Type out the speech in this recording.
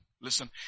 Listen